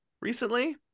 recently